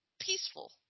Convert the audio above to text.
peaceful